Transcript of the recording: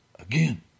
again